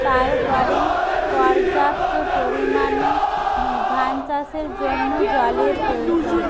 তারপরে পর্যাপ্ত পরিমাণে নু ধান চাষের জন্য জলের প্রয়োজন